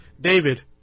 David